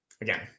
again